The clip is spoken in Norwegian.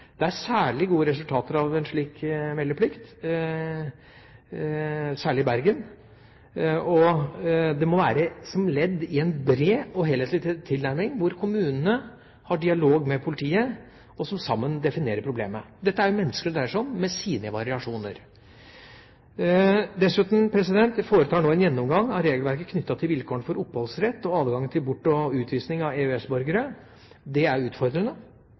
Det er gode resultater av en slik meldeplikt, særlig i Bergen. Det må være som ledd i en bred og helhetlig tilnærming, hvor kommunene har dialog med politiet, og at man sammen definerer problemet. Det er jo mennesker det dreier seg om – med sine variasjoner. Dessuten foretar vi nå en gjennomgang av regelverket knyttet til vilkårene for oppholdsrett og adgangen til bort- og utvisning av EØS-borgere. Det er utfordrende